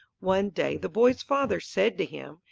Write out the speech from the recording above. one day the boy's father said to him,